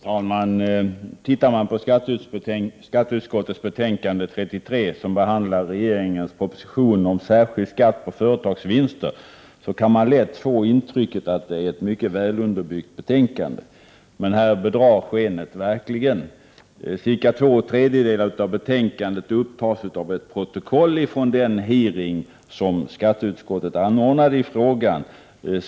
Herr talman! Studerar man innehållet i skatteutskottets betänkande 33, som behandlar regeringens proposition om särskild skatt på företagsvinster, kan man lätt få intrycket att det är ett mycket väl underbyggt betänkande. Men här bedrar skenet verkligen. Cirka två tredjedelar av betänkandet upptas av ett protokoll från den hearing som skatteutskottet anordnade i frågan.